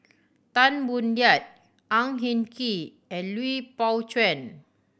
Tan Boo Liat Ang Hin Kee and Lui Pao Chuen